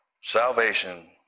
salvation